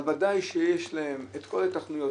אבל ודאי יש להן את כל ההיתכנויות,